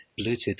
Bluetooth